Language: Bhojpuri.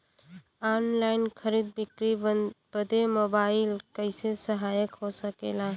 ऑनलाइन खरीद बिक्री बदे मोबाइल कइसे सहायक हो सकेला?